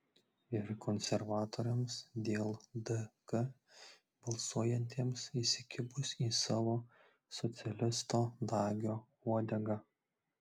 ir konservatoriams dėl dk balsuojantiems įsikibus į savo socialisto dagio uodegą